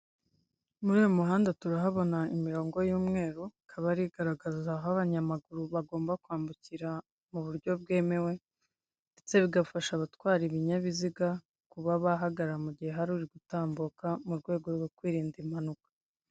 Muri uyu muhanda turahabona imirongo y'umweru ikaba ari igaragaza aho abanyamagaru bagomba kwambukira mu buryo bwemewe, ndetse bigafasha abatwara ibinyabiziga kuba bahagarara mu gihe hari uri gutambuka, mu rwego rwo kwirinda impanuka.